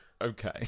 Okay